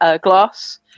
glass